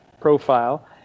profile